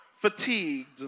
fatigued